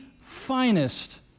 finest